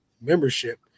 membership